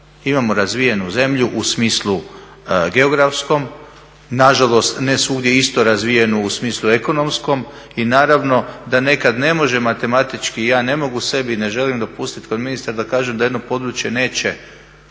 Imamo razvijenu zemlju u smislu geografskom, nažalost ne svugdje isto razvijenu u smislu ekonomskom i naravno da nekad ne može matematički, ja ne mogu sebi i ne želim dopustiti kao ministar da kažem da jedno područje neće